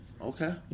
okay